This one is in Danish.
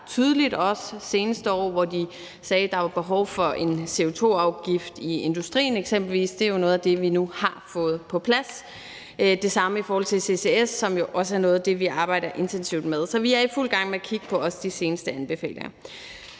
ret tydeligt, også de seneste år, hvor de sagde, at der eksempelvis er behov for en CO2-afgift i industrien. Det er jo noget af det, vi nu har fået på plads. Det samme gælder i forhold til ccs, som jo også er noget af det, vi arbejder intensivt med. Så vi er i fuld gang med også at kigge på de seneste anbefalinger.